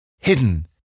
hidden